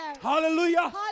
hallelujah